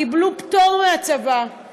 קיבלו פטור מהצבא,